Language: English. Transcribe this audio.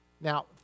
Now